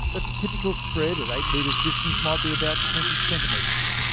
a typical spread at eight metres distance might be about twenty centimetres.